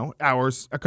hours